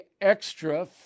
extra